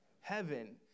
Heaven